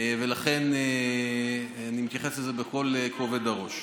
ולכן אני מתייחס לזה בכל כובד הראש.